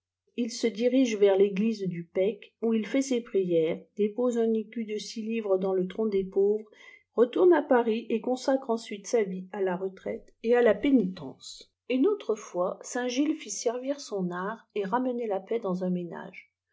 il se dirige vers l'église du pecq où il fait ses prières dépose un'écu de six livres dans le tronc des pauvres retourne à paris et consacre ensuite sa vie à la retraite et à la pénitence une autre fois saintigilles fit servir son art à ramener la paix dans un ménage